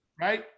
right